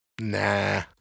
Nah